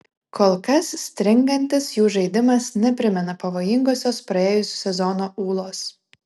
kol kas stringantis jų žaidimas neprimena pavojingosios praėjusių sezonų ūlos